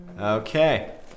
Okay